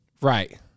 right